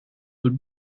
would